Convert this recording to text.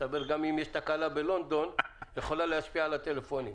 מתברר שגם אם יש תקלה בלונדון היא יכולה להשפיע על הטלפונים.